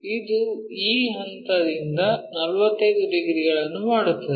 ಇದು ಈ ಹಂತದಿಂದ 45 ಡಿಗ್ರಿಗಳನ್ನು ಮಾಡುತ್ತದೆ